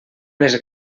les